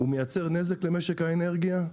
מייצר נזק למשק האנרגיה,